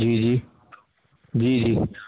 جی جی جی جی